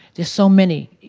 there's so many.